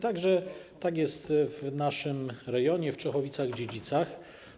Tak jest także w naszym rejonie, w Czechowicach-Dziedzicach.